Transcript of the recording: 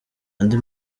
andi